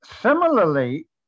similarly